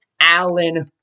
Allen